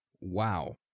Wow